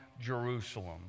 Jerusalem